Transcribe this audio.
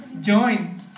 join